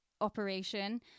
operation